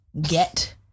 get